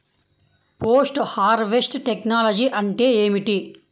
Post harvest technology అంటే ఏమిటి?